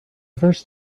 first